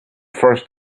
first